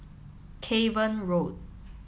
Cavan Road